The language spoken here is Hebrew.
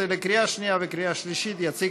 לתקופה של חמש שנים וגם ביטול רישיון,